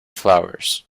flowers